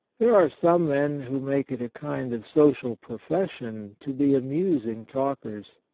there are some men who make it a kind of social profession to be amusing talkers.